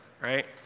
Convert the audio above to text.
Right